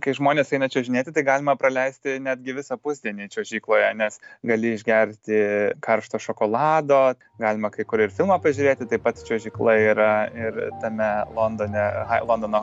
kai žmonės eina čiuožinėti tai galima praleisti netgi visą pusdienį čiuožykloje nes gali išgerti karšto šokolado galima kai kur ir filmą pažiūrėti taip pat čiuožykla yra ir tame londone londono